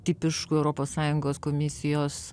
tipišku europos sąjungos komisijos